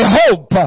hope